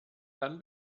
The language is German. dann